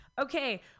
Okay